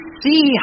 see